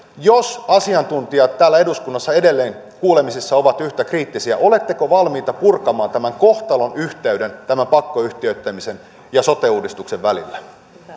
jos asiantuntijat täällä eduskunnassa edelleen kuulemisissa ovat yhtä kriittisiä oletteko valmiita purkamaan tämän kohtalonyhteyden tämän pakkoyhtiöittämisen ja sote uudistuksen välillä